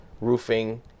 roofing